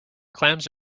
clams